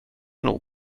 nog